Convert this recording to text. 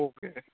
okay